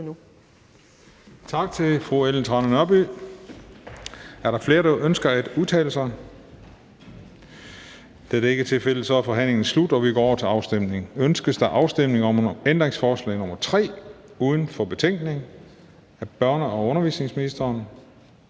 Tak til fru Ellen Trane Nørby. Er der flere, der ønsker at udtale sig? Da det ikke er tilfældet, er forhandlingen slut, og vi går til afstemning. Kl. 14:45 Afstemning Den fg. formand (Christian Juhl): Ønskes der afstemning om ændringsforslag nr. 3 uden for betænkningen af børne- og undervisningsministeren